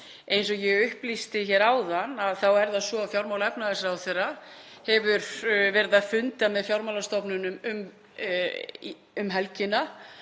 Eins og ég upplýsti hér áðan þá er það svo að fjármála- og efnahagsráðherra hefur verið að funda með fjármálastofnunum um helgina